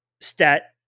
stat